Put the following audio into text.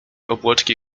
obłoczki